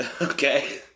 Okay